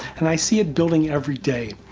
and i see it building every day.